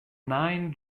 nine